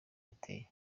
yateye